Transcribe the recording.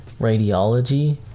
radiology